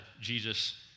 Jesus